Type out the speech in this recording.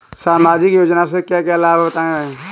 सामाजिक योजना से क्या क्या लाभ हैं बताएँ?